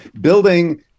building